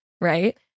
right